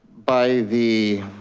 by the